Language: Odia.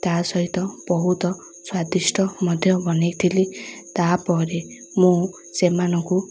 ତା ସହିତ ବହୁତ ସ୍ୱାଦିଷ୍ଟ ମଧ୍ୟ ବନେଇ ଥିଲି ତା'ପରେ ମୁଁ ସେମାନଙ୍କୁ